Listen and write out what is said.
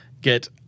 get